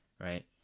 right